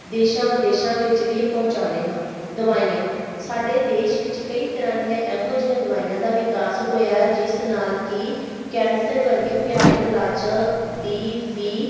ਦੇਸ਼ਾਂ ਵਿਦੇਸ਼ਾਂ ਵਿੱਚ ਵੀ ਪਹੁੰਚਾਉਂਦੇ ਹਾਂ ਦਵਾਈਆਂ ਸਾਡੇ ਦੇਸ਼ ਵਿੱਚ ਕਈ ਤਰ੍ਹਾਂ ਦੀਆਂ ਇਹੋ ਜਿਹੀਆਂ ਦਵਾਈਆਂ ਦਾ ਵਿਕਾਸ ਹੋਇਆ ਹੈ ਜਿਸ ਨਾਲ ਕਿ ਕੈਂਸਰ ਵਰਗੇ ਭਿਆਨਕ ਇਲਾਜਾਂ ਦੀ ਵੀ